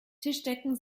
tischdecken